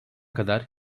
kadar